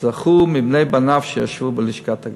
זכו מבני בניו שישבו בלשכת הגזית.